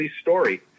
story